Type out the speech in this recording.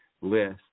list